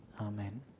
Amen